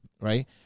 right